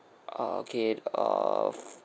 uh okay uh